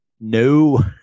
No